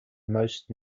most